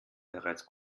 bereits